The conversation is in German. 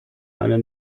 eine